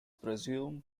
presumed